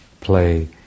play